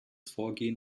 vorgehen